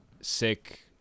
sick